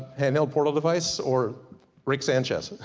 hand held portal device, or rick sanchez?